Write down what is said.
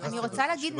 רוצה להגיד משהו